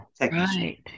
right